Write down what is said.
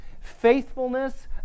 faithfulness